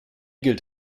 gilt